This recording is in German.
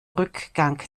rückgang